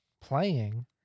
playing